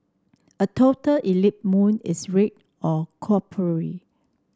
a total eclipse moon is red or coppery